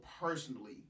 personally